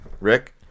Rick